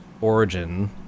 origin